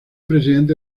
presidente